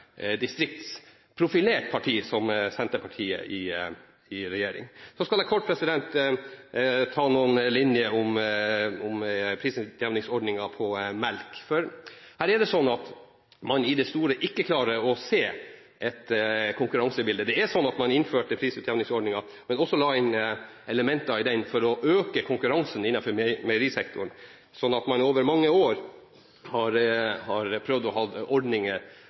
så distriktsprofilert parti som Senterpartiet i regjering. Så skal jeg kort nevne litt om prisutjevningsordningen på melk. Der er det sånn at man i det store ikke klarer å se et konkurransebilde. Man innførte prisutjevningsordningen og la inn elementer i den for å øke konkurransen innenfor meierisektoren, slik at man over mange år har prøvd å ha ordninger